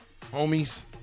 Homies